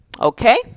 Okay